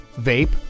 vape